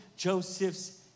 Joseph's